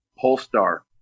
Polestar